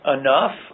enough